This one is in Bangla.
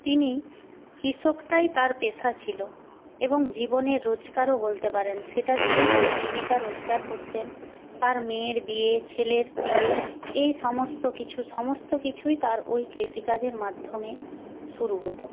তিনি কৃষকটাই তার পেশা ছিলো এবং জীবনের রোজগারও বলতে পারেন সেটা দিয়েই সে জীবিকা রোজগার করতেন তার মেয়ের বিয়ে ছেলের বিয়ে এই সমস্ত কিছু সমস্ত কিছুই তার ওই কৃষিকাজের মাধ্যমে শুরু হতো